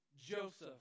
Joseph